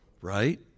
right